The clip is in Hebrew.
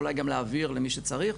אולי גם להעביר למי שצריך.